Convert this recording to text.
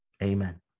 Amen